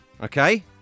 Okay